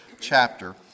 chapter